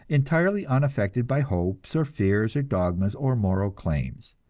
entirely unaffected by hopes or fears or dogmas or moral claims.